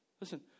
Listen